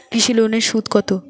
কৃষি লোনের সুদ কত?